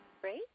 Great